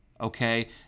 Okay